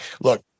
look